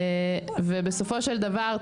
ובסופו של דבר,